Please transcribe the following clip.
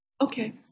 Okay